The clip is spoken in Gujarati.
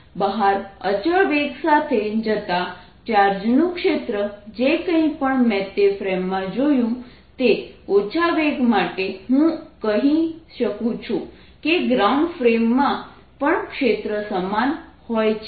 બહાર અચળ વેગ સાથે જતા ચાર્જનું ક્ષેત્ર જે કંઈ પણ મેં તે ફ્રેમમાં જોયું તે ઓછા વેગ માટે હું કહી શકું છું કે ગ્રાઉન્ડ ફ્રેમ માં પણ ક્ષેત્ર સમાન હોય છે